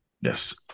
Yes